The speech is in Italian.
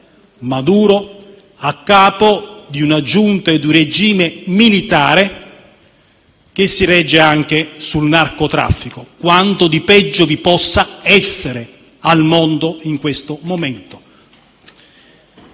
Maduro, a capo di una giunta e di un regime militare che si reggono anche sul narcotraffico. Quanto di peggio vi possa essere al mondo in questo momento.